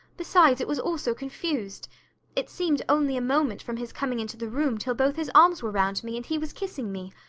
besides, it was all so confused it seemed only a moment from his coming into the room till both his arms were round me, and he was kissing me.